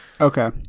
okay